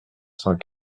cent